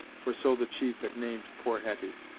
for so the chief had named poor hetty.